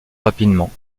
rapidement